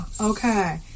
Okay